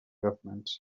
government